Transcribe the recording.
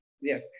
yes